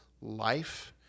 life